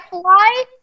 fly